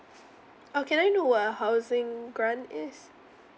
oh can I know what a housing grant is